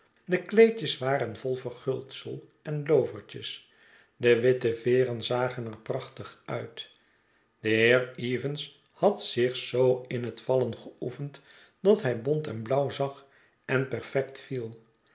de kleedjes waren vol verguldsel en lovertjes de witte veeren zagen er prachtig uit de heer evans had zich zo in het vallen geoefend dat hij bont en blauw zag en perfect viel